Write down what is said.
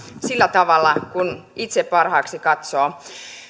sillä tavalla kuin ne itse parhaaksi katsovat